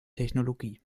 technologie